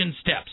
steps